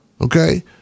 Okay